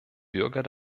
bürger